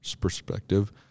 perspective